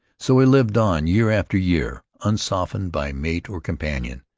so he lived on year after year, unsoftened by mate or companion,